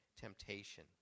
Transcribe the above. temptation